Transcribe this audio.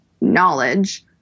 knowledge